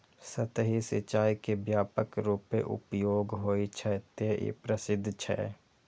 सतही सिंचाइ के व्यापक रूपें उपयोग होइ छै, तें ई प्रसिद्ध छै